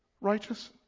righteous